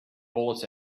bullets